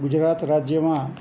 ગુજરાત રાજ્યમાં